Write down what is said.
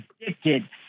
addicted